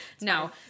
No